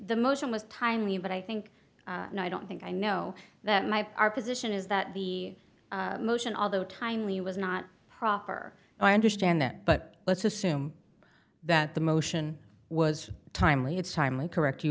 the motion was timely but i think and i don't think i know that my our position is that the motion although timely was not proper i understand that but let's assume that the motion was timely it's timely correct you